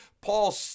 Paul